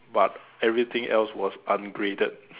but everything else was ungraded